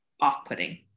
off-putting